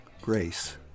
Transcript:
Grace